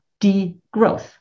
degrowth